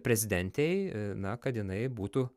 prezidentei na kad jinai būtų